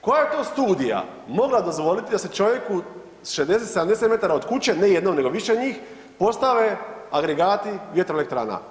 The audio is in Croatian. Koja je to studija mogla dozvoliti da se čovjeku 60, 70 metara od kuće ne jednom nego više njih postave agregati vjetroelektrana.